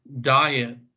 diet